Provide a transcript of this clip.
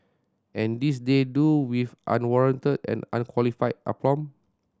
and this they do with unwarranted and unqualified aplomb